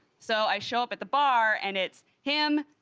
so i show up at the bar and it's him,